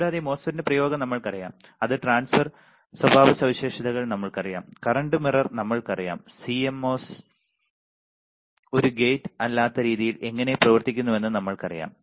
കൂടാതെ മോസ്ഫെറ്റിന്റെ പ്രയോഗം നമ്മൾക്കറിയാം അത് ട്രാൻസ്ഫർ സ്വഭാവസവിശേഷതകൾ നമ്മൾക്കറിയാം current മിറർ നമ്മൾക്കറിയാം CMOS ഒരു ഗേറ്റ് അല്ലാത്ത രീതിയിൽ എങ്ങനെ പ്രവർത്തിക്കുന്നുവെന്ന് നമ്മൾക്കറിയാം